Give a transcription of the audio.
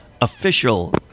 official